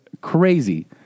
crazy